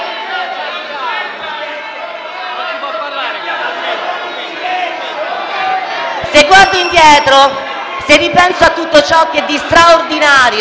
Se guardo indietro, se ripenso a tutto ciò che di straordinario